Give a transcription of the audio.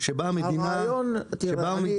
שבה המדינה --- מוטי,